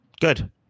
Good